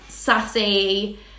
sassy